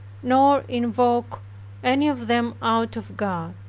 nor invoke any of them out of god.